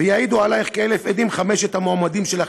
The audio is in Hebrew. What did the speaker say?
יעידו עלייך כאלף עדים חמשת המועמדים שלך